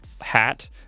hat